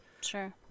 Sure